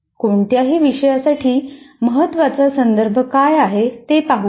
कोणत्याही विषयसाठी महत्त्वाचा संदर्भ काय आहे ते पाहूया